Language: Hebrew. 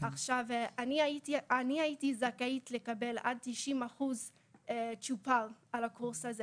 עכשיו אני הייתי אמורה לקבל עד 90% זכאות על הקורס הזה